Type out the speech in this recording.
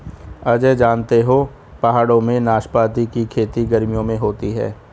अजय जानते हो पहाड़ों में नाशपाती की खेती गर्मियों में होती है